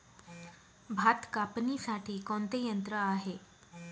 भात कापणीसाठी कोणते यंत्र आहे?